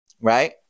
Right